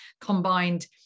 combined